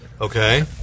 Okay